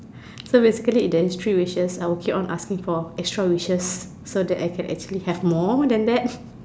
so basically if there is three wishes I would keep on asking for extra wishes so that I can actually have more than that